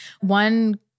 One